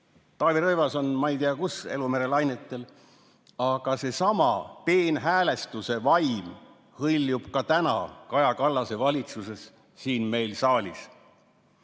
Taavi Rõivas on ei tea kus elumere lainetel. Aga seesama peenhäälestuse vaim hõljub ka täna Kaja Kallase valitsuses, siin saalis.